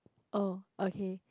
oh okay